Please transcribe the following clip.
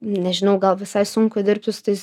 nežinau gal visai sunku dirbti su tais